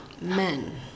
men